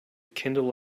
kindle